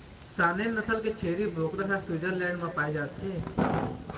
Saanen नसल के छेरी बोकरा ह स्वीटजरलैंड म पाए जाथे